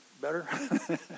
better